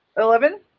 Eleven